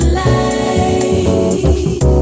light